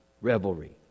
revelry